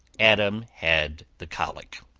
adam had the colic.